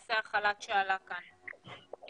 לנושא החל"ת שעלה כאן,